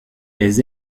les